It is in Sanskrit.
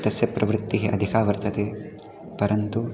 तस्य प्रवृत्तिः अधिका वर्तते परन्तु